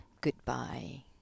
goodbye